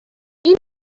این